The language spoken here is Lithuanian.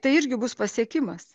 tai irgi bus pasiekimas